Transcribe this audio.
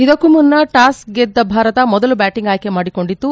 ಇದಕ್ಕೂ ಮುನ್ನ ಟಾಸ್ ಗೆದ್ದ ಭಾರತ ಮೊದಲು ಬ್ಯಾಟಿಂಗ್ ಆಯ್ಕೆ ಮಾಡಿಕೊಂಡಿತು